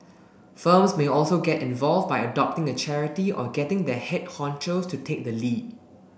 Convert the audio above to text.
firms may also get involved by adopting a charity or getting their head honchos to take the lead